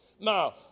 Now